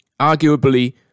arguably